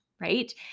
right